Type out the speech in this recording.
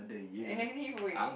anyway